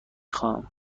خواهم